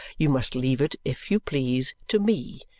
you must leave it, if you please, to me,